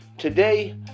Today